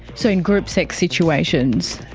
so in group sex situations.